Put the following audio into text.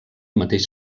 mateix